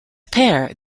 pair